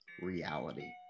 reality